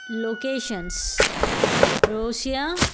locations Russia